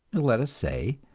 let us say,